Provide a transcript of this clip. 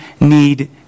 need